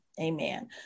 Amen